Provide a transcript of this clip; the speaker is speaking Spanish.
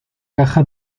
caja